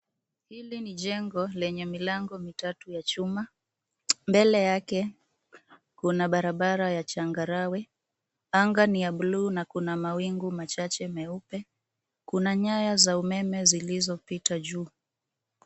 Hili ni jengo lenye milango mitatu ya chuma. Mbele yake kuna barabara ya changarawe. Anga ni ya bluu na kuna mawingu machache meupe. Kuna nyaya za umeme zilizopita juu.